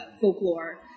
folklore